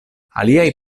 aliaj